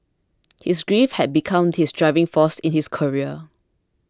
his grief had become his driving force in his career